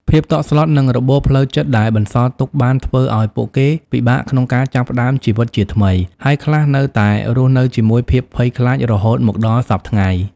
ភាពតក់ស្លុត និងរបួសផ្លូវចិត្តដែលបន្សល់ទុកបានធ្វើឲ្យពួកគេពិបាកក្នុងការចាប់ផ្តើមជីវិតជាថ្មី ហើយខ្លះនៅតែរស់នៅជាមួយភាពភ័យខ្លាចរហូតមកដល់សព្វថ្ងៃ។